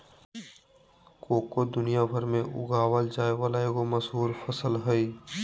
cocoa दुनिया भर में उगाल जाय वला एगो मशहूर फसल हइ